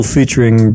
Featuring